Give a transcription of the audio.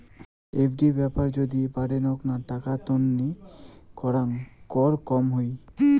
FD ব্যাপার যদি বাডেনগ্না টাকা তান্নি করাং কর কম হই